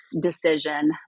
decision